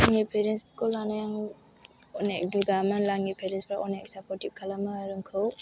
आंनि पेरेन्सखौ लानाय आं अनेक दुगा मानलानि पेरेन्सफ्रा अनेक सापर्टटिभ खालामो आर आंखौ